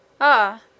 Ah